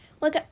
Look